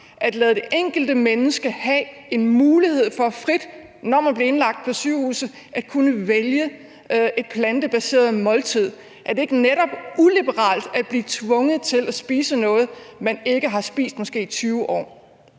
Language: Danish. at lade det enkelte menneske have en mulighed for, når man bliver indlagt på sygehuset, frit at kunne vælge et plantebaseret måltid? Er det ikke netop uliberalt at blive tvunget til at spise noget, man ikke har spist i måske 20 år?